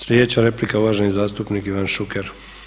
Sljedeća replika, uvaženi zastupnik Ivan Šuker.